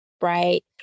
right